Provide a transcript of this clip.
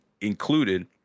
included